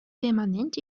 permanent